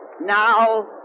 Now